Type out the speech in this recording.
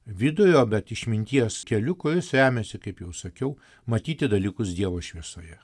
vidurio bet išminties keliu kuris remiasi kaip jau sakiau matyti dalykus dievo šviesoje